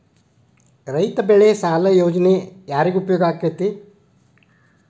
ರೈತ ಬೆಳೆ ಸಾಲ ಯೋಜನೆ ಯಾರಿಗೆ ಉಪಯೋಗ ಆಕ್ಕೆತಿ?